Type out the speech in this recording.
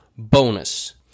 bonus